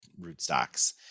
rootstocks